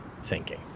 sinking